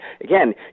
again